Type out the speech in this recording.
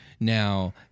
Now